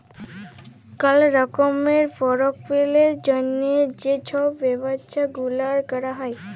call রকমের পরকল্পের জ্যনহে যে ছব ব্যবছা গুলাল ক্যরা হ্যয়